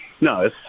no